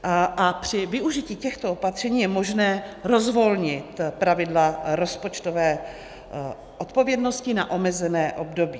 A při využití těchto opatření je možné rozvolnit pravidla rozpočtové odpovědnosti na omezené období.